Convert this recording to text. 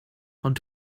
ond